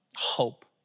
Hope